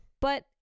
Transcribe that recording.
But-